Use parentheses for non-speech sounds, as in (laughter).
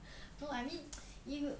(breath) no I need mean (noise) if you